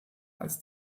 als